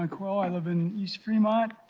and i live in east fremont